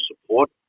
support